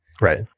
Right